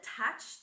attached